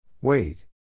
Wait